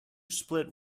split